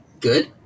good